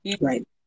Right